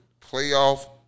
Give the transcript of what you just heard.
playoff